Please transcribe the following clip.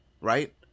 Right